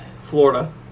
Florida